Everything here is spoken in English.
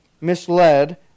misled